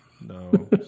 No